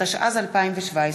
התשע"ז 2017,